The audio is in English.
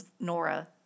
Nora